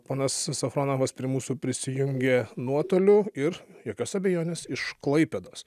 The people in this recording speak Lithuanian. ponas safonovas prie mūsų prisijungė nuotoliu ir jokios abejonės iš klaipėdos